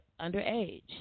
underage